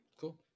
cool